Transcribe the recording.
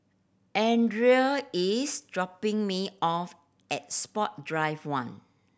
Adriane is dropping me off at Sport Drive One